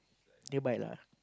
nearby lah